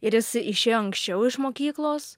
ir jis išėjo anksčiau iš mokyklos